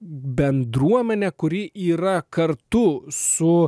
bendruomenę kuri yra kartu su